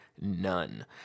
none